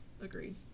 Agreed